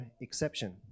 exception